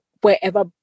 wherever